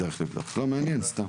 צריך לבדוק, לא, מעניין, סתם.